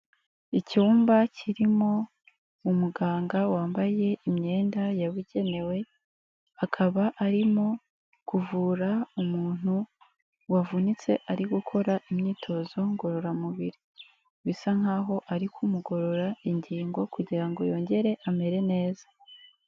Icyumba kirimo umuganga wambaye imyenda yabugenewe, akaba arimo kuvura umuntu wavunitse ari gukora imyitozo ngororamubiri, bisa nkaho ari kumugorora ingingo kugira ngo yongere amere neza.